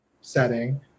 setting